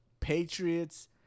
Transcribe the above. Patriots